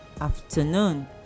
afternoon